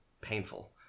painful